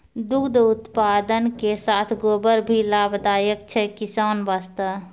दुग्ध उत्पादन के साथॅ गोबर भी लाभदायक छै किसान वास्तॅ